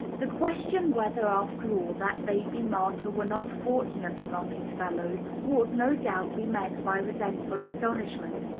the question whether, after all, that baby martyr were not fortunate among his fellows, would, no doubt, be met by resentful astonishment.